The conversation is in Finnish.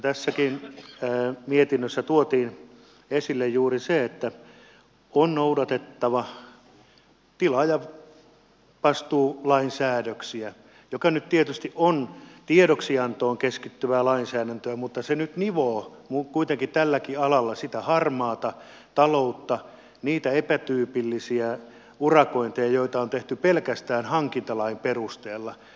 tässäkin mietinnössä tuotiin esille juuri se että on noudatettava tilaajavastuulain säädöksiä jotka nyt tietysti ovat tiedoksiantoon keskittyvää lainsäädäntöä mutta se nyt nivoo kuitenkin tälläkin alalla sitä harmaata taloutta niitä epätyypillisiä urakointeja joita on tehty pelkästään hankintalain perusteella